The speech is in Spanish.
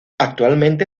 actualmente